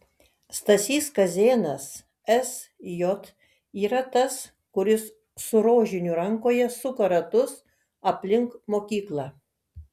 stasys kazėnas sj yra tas kuris su rožiniu rankoje suka ratus aplink mokyklą